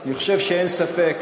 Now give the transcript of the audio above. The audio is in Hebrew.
אני חושב שאין ספק,